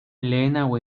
lehenago